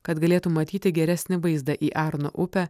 kad galėtų matyti geresnį vaizdą į arno upę